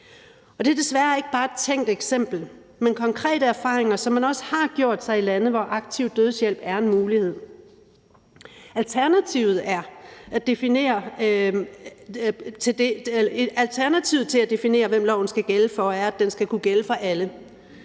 Det er desværre ikke bare et tænkt eksempel, men konkrete erfaringer, som man også har gjort sig i lande, hvor aktiv dødshjælp er en mulighed. Alternativet til at definere, hvem loven skal gælde for, er, at den skal kunne gælde for alle.